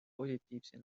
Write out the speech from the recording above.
positiivse